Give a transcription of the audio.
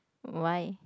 why